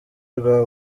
rwa